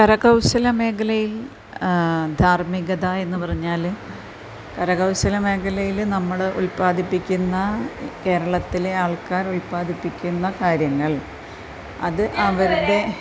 കരകൗശല മേഖലയിൽ ധാർമ്മികത എന്ന് പറഞ്ഞാൽ കരകൗശല മേഖലയിൽ നമ്മൾ ഉല്പാദിപ്പിക്കുന്ന കേരളത്തിലെ ആൾക്കാർ ഉൽപ്പാദിപ്പിക്കുന്ന കാര്യങ്ങൾ അത് അവരുടെ